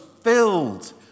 filled